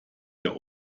der